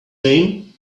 name